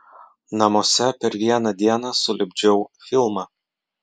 namuose per vieną dieną sulipdžiau filmą